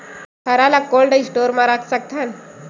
हरा ल cold store म रख सकथन?